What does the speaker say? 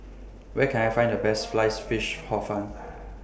Where Can I Find The Best Sliced Fish Hor Fun